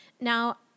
Now